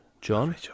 John